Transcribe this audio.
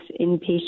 inpatient